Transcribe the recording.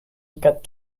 get